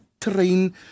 train